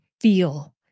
feel